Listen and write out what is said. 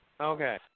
Okay